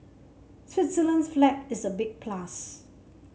Switzerland's flag is a big plus